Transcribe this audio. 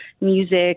music